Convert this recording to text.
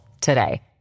today